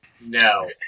No